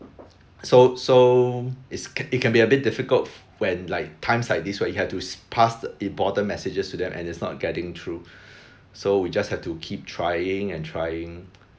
so so is it can be a bit difficult when like times like this where you have to pass the important messages to them and it's not getting through so we just have to keep trying and trying